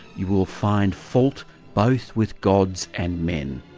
you will find fault both with gods and men.